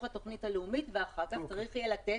התוכנית הלאומית ואחר כך צריך יהיה לתת,